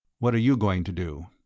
what are you going to do?